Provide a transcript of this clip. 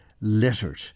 littered